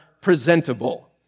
presentable